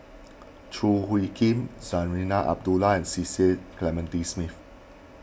Choo Hwee Kim Zarinah Abdullah and Cecil Clementi Smith